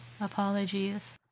Apologies